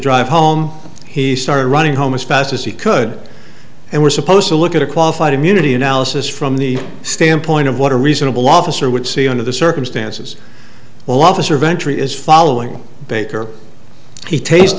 drive home and he started running home as fast as he could and was supposed to look at a qualified immunity analysis from the standpoint of what a reasonable officer would see under the circumstances well officer ventry is following baker he taste